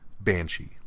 Banshee